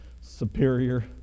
superior